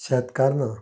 शेतकार ना